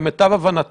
למיטב הבנתי,